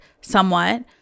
somewhat